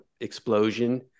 explosion